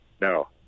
No